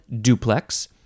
duplex